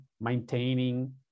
maintaining